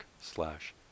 slash